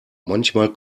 manchmal